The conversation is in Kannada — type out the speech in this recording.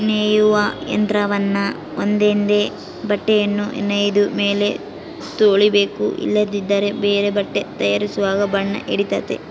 ನೇಯುವ ಯಂತ್ರವನ್ನ ಒಂದೊಂದೇ ಬಟ್ಟೆಯನ್ನು ನೇಯ್ದ ಮೇಲೆ ತೊಳಿಬೇಕು ಇಲ್ಲದಿದ್ದರೆ ಬೇರೆ ಬಟ್ಟೆ ತಯಾರಿಸುವಾಗ ಬಣ್ಣ ಹಿಡಿತತೆ